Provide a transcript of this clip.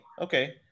Okay